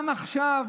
גם עכשיו,